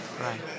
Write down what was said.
right